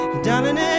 darling